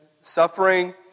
suffering